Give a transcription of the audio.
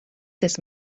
this